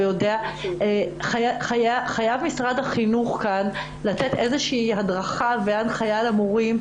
חייב משרד החינוך לתת איזו שהיא הדרכה והנחיה להורים.